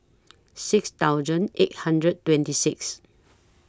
six thousand eight hundred twenty six